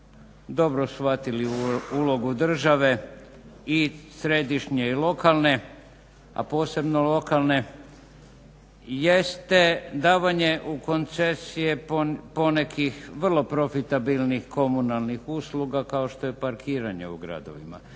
dobro shvatili ulogu države i središnje i lokalne, a posebno lokalne jeste davanje u koncesije ponekih vrlo profitabilnih komunalnih usluga kao što je parkiranje u gradovima.